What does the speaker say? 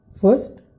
First